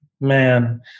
man